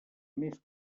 més